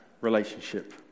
relationship